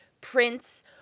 prints